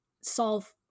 solve